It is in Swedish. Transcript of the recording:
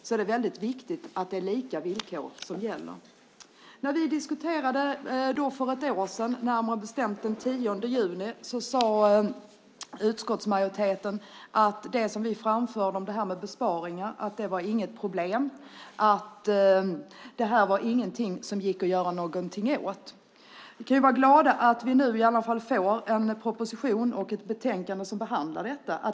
Då är det viktigt att det är lika villkor som gäller. När vi diskuterade detta för ett år sedan, närmare bestämt den 10 juni 2009, sade utskottsmajoriteten att det vi framförde om besparingar inte var något problem och att det inte gick att göra något åt detta. Vi kan vara glada över att vi nu får en proposition och ett betänkande som behandlar detta.